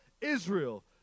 Israel